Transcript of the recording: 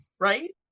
right